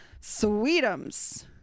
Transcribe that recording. Sweetums